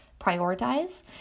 prioritize